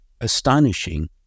astonishing